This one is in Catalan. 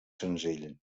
senzill